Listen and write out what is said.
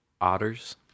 otters